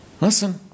Listen